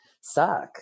suck